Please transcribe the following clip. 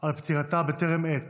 על פטירתה בטרם עת